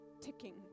ticking